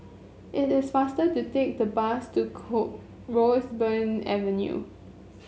it is faster to take the bus to core Roseburn Avenue